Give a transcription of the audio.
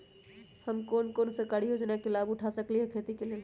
हम कोन कोन सरकारी योजना के लाभ उठा सकली ह खेती के लेल?